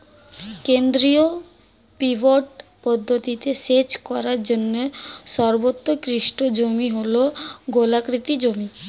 কেন্দ্রীয় পিভট পদ্ধতিতে সেচ করার জন্য সর্বোৎকৃষ্ট জমি হল গোলাকৃতি জমি